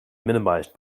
minimized